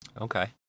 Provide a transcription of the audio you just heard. Okay